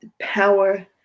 Power